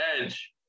Edge